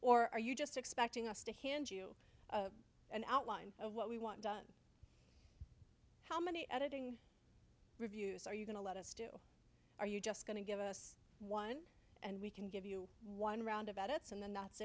or are you just expecting us to hand you an outline of what we want done how many editing reviews are you going to let us do are you just going to give us one and we can give you one round of edits and then that's